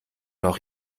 noch